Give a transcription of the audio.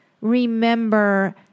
remember